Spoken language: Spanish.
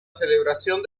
celebración